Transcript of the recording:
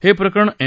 हे प्रकरण एन